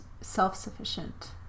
self-sufficient